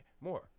More